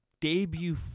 debut